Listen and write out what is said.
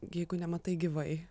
jeigu nematai gyvai